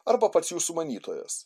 arba pats jų sumanytojas